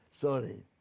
sorry